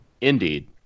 Indeed